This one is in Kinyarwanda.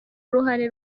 uruhare